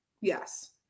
Yes